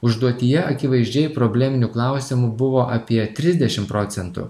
užduotyje akivaizdžiai probleminių klausimų buvo apie trisdešimt procentų